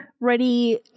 ready